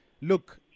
Look